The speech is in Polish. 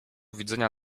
widzenia